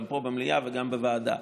גם פה במליאה וגם בוועדה,